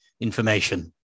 information